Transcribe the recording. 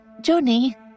Johnny